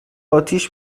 آتیش